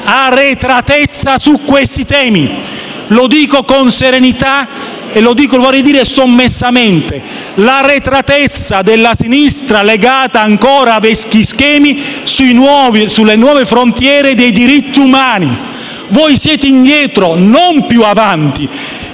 arretratezza su questi temi; lo dico con serenità e lo vorrei dire sommessamente: l'arretratezza della sinistra legata ancora a vecchi schemi sulle nuove frontiere dei diritti umani. Voi siete indietro, non più avanti,